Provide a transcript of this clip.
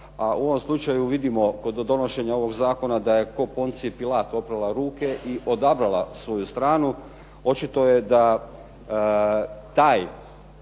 a u ovom slučaju vidimo kod donošenja ovog zakona da je kao Poncije Pilat oprala ruke, i odabrala svoju stranu, očito je da taj,